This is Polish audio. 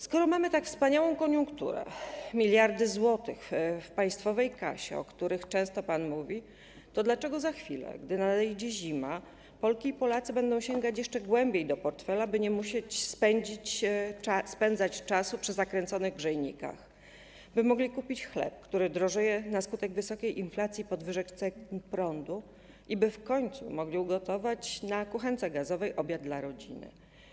Skoro mamy tak wspaniałą koniunkturę, miliardy złotych w państwowej kasie, o których często pan mówi, to dlaczego za chwilę, gdy nadejdzie zima, Polki i Polacy będę sięgać jeszcze głębiej do portfeli, by nie musieć spędzać czasu przy zakręconych grzejnikach, by mogli kupić chleb, który drożeje na skutek wysokiej inflacji, podwyżek cen prądu, i by w końcu mogli ugotować na kuchence gazowej obiad dla rodziny.